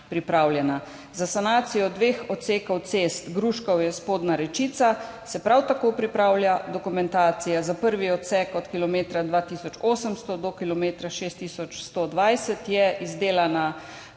pripravljena. Za sanacijo dveh odsekov cest Grušovlje–Spodnja Rečica se prav tako pripravlja dokumentacija. Za prvi odsek, od kilometra 2 plus 800 do kilometra 6 plus 120, je izdelana zasnova,